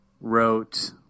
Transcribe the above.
wrote